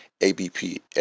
ABP